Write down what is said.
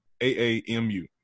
A-A-M-U